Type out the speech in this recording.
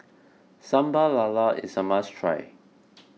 Sambal Lala is a must try